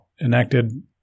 enacted